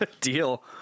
Deal